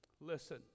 Listen